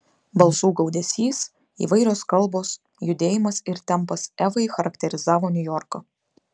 balsų gaudesys įvairios kalbos judėjimas ir tempas evai charakterizavo niujorką